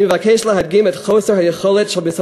אני מבקש להדגים את חוסר היכולת של משרד